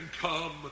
come